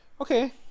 Okay